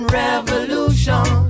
revolution